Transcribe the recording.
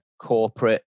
corporate